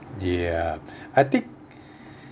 ya I think